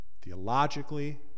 theologically